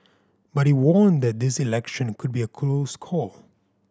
but he warned that this election could be a close call